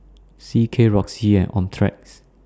C K Roxy and Optrex